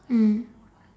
mm